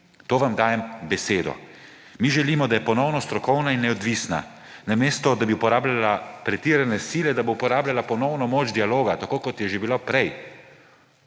To vam dajem besedo. Mi želimo, da je ponovno strokovna in neodvisna, namesto da bi uporabljala pretirane sile, da bo uporabljala ponovno moč dialoga, tako kot je že bilo prej.